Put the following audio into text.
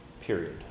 period